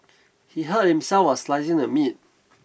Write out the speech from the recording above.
he hurt himself while slicing the meat